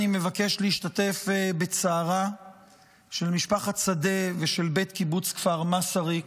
אני מבקש להשתתף בצערה של משפחת שדה ושל בית קיבוץ כפר מסריק,